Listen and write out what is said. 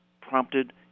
prompted